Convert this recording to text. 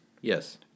Yes